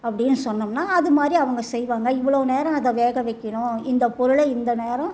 அப்படின்னு சொன்னோம்னால் அதுமாதிரி அவங்க செய்வாங்க இவ்வளோ நேரம் அதை வேக வைக்கணும் இந்த பொருளை இந்த நேரம்